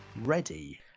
ready